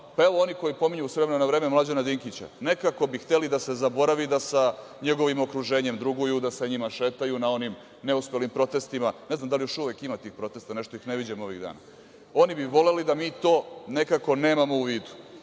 Pa evo oni koji pominju s vremena na vreme Mlađana Dinkića, nekako bi hteli da se zaboravi da sa njegovim okruženjem druguju, da sa njima šetaju na onim neuspelim protestima. Ne znam da li još uvek ima tih protesta? Nešto ih ne viđam ovih dana. Oni bi voleli da mi to nekako nemamo u vidu. Kad